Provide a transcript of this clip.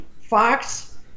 Fox